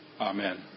amen